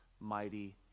mighty